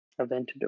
Aventador